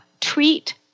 treat